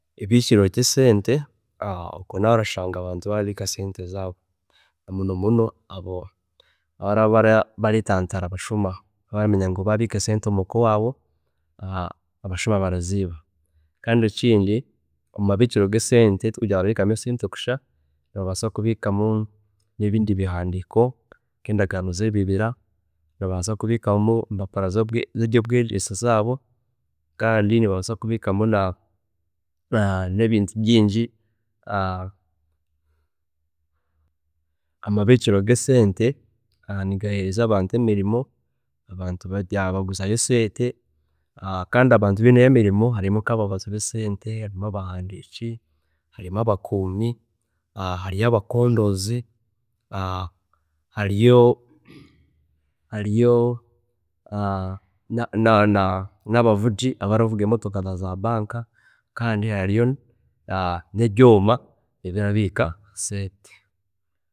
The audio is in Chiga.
﻿Eibikiro ryesente okwe niyo orashanga abantu barabiika esente zaabo muno muno abo abaraba baretantara abashuma baramanya ngu babiika esente zaabo omuka owaabo abashuma baraziiba. Kandi ekindo omumabiikiro ge sente tikugira ngu barabiikamu esente kusha, abantu barabiikamu nebindi ebintu nkebihandiiko, endagaano zebibira, nibabaasa kubiikamu empapura ze- zebyobwegyese zaabo kandi nibabaasa kubiikamu ne- nebindi bintu bingi. amabiikiro gesente nigaheereza abantu emirimo, abantu beguzayo sente kandi abantu biineyo emirimo hariyo nkababazi besente, hariyo abahandiiki, hariyo abakuumi, hariyo abakondoozi, hariyo hariyo nka abavuzi na- na abaravuga emotoka za bank kandi harimu nebyooma ebirabiika sente